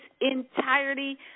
entirety